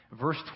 Verse